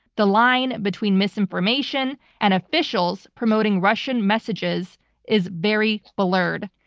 the line between misinformation and officials promoting russian messages is very blurred.